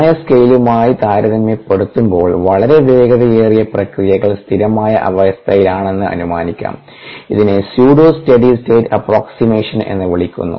സമയ സ്കെയിലുമായി താരതമ്യപ്പെടുത്തുമ്പോൾ വളരെ വേഗതയേറിയ പ്രക്രിയകൾ സ്ഥിരമായ അവസ്ഥയിലാണെന്ന് അനുമാനിക്കാം ഇതിനെ സ്യൂഡോ സ്റ്റെഡി സ്റ്റേറ്റ് അപ്പ്രോക്സിമേഷൻ വിളിക്കുന്നു